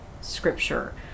scripture